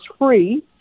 free